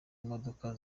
imodoka